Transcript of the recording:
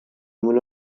mul